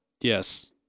Yes